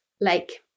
lake